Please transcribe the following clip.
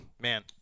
Man